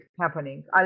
happening